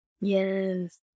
Yes